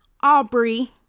Aubrey